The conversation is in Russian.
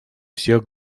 всех